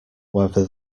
whether